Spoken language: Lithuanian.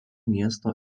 miesto